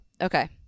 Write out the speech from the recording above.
Okay